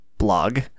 blog